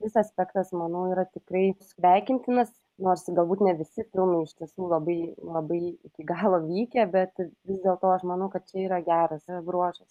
vis aspektas manau yra tikrai sveikintinas nors galbūt ne visi filmai iš tiesų labai labai iki galo vykę bet vis dėlto aš manau kad čia yra geras bruožas